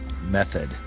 method